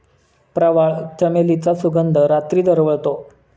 प्रवाळ, चमेलीचा सुगंध रात्री दरवळतो